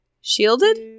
Shielded